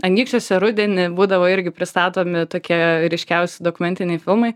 anykščiuose rudenį būdavo irgi pristatomi tokie ryškiausi dokumentiniai filmai